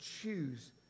choose